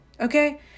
okay